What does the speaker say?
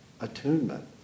attunement